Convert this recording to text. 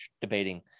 debating